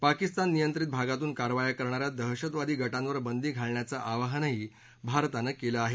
पाकिस्तान नियंत्रित भागातून कारवाया करणा या दहशतवादी गटांवर बंदी घालण्याचं आवाहनही भारतानं केलं आहे